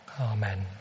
Amen